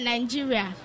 Nigeria